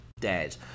dead